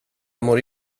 mår